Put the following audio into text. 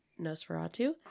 Nosferatu